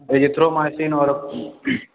azithromycin आओर